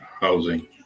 housing